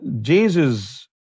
Jesus